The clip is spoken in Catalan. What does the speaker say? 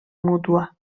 mútua